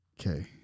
Okay